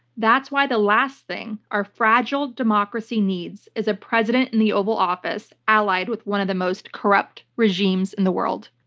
that's why the last thing our fragile democracy needs is a president in the oval office allied with one of the most corrupt regimes in the world.